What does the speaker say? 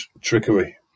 trickery